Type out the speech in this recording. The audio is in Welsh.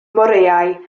moreau